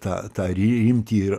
tą tą rimtį ir